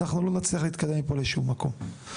אנחנו לא נצליח להתקדם מפה לשום מקום.